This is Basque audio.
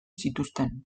zituzten